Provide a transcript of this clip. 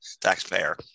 taxpayer